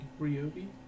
RYOBI